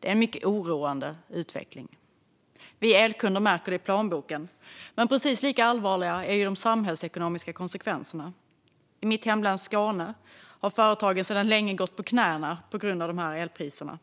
Det är en mycket oroande utveckling. Vi elkunder märker det i plånboken, men precis lika allvarliga är de samhällsekonomiska konsekvenserna. I mitt hemlän Skåne har företagen länge gått på knäna på grund av elpriserna.